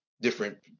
different